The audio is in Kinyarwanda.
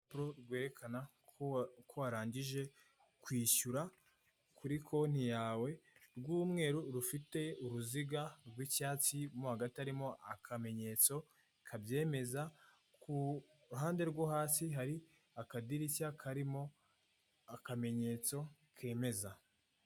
Urupapuro rwerekana ko warangije kwishyura kuri konti yawe rw'umweru rufite uruziga rw'icyatsi mo hagati harimo akamenyetso kabyemeza, ku ruhande rwo hasi hari akadirishya karimo akamenyetso kemeza.